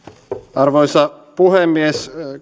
arvoisa puhemies